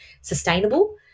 sustainable